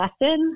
lesson